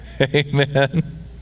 Amen